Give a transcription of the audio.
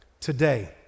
today